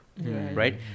Right